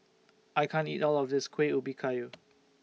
I can't eat All of This Kueh Ubi Kayu